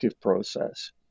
process